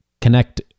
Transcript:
connect